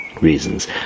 reasons